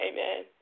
Amen